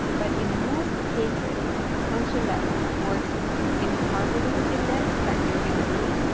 but in most cases, the function that works in harmony with index, that you're going to need,